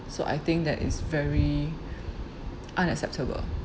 so I think that is very unacceptable